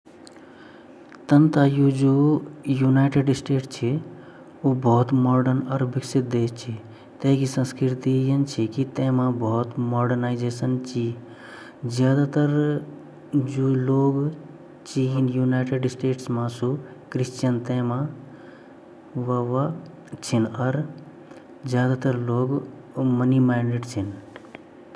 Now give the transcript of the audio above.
अमेरिका जु ची उ भारत से भोत अलग ची वाखे संस्कृति भई भोत मोर्डर्न संसकृत्रि ची वो लड़का लड़की मा क्वे फरक नि देखन वो दस ग्यारा साल बाद अपरा माँ-बाप ते छोड़ दयान्दा अर जु मौसम छिन वो थोड़ा ठण्ड ज्यादा वोनि गरमी थोड़ा कम वोनि, वखमू जन कृषि वोनी मक्का उगन ऊ अर यख हम जन रुपया पैसा ब्वना ता उ डालर ब्वन यू वाखे भोत अछि बात ची ची की उ सबते योक जान देखन उ नि देखन की कु गरीब ची अर कु अमीर ची या सबसे बड़ी बात ची।